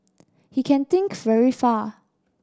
he can think very far